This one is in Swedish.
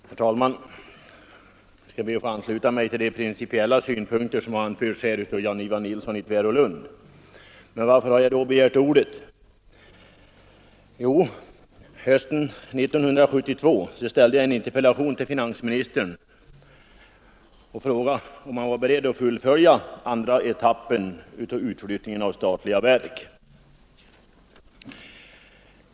Herr talman! Jag ber att få ansluta mig till de principiella synpunkter som här anförts av herr Jan-Ivan Nilsson i Tvärålund. Men varför har jag då begärt ordet? Jo, hösten 1972 ställde jag en interpellation till finansministern och frågade i denna om han var beredd att fullfölja andra etappen av utflyttningen av statliga verk.